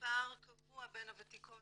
בפער קבוע בין הוותיקות